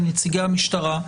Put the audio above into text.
עם נציגי המשטרה,